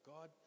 God